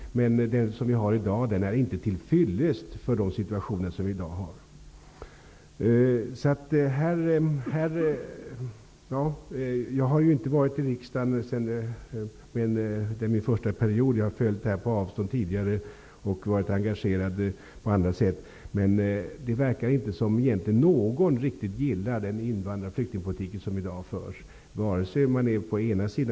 Den som vi har i dag är inte till fyllest för de situationer som råder. Detta är min första period i riksdagen, men jag har tidigare följt dessa frågor på avstånd och varit engagerad på andra sätt. Det verkar som om egentligen inte någon riktigt gillar den invandraroch flyktingpolitik som i dag förs, oavsett på vilken sida man står.